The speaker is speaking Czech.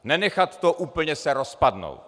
Nenechat to úplně se rozpadnout.